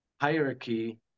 hierarchy